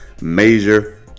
Major